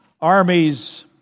Armies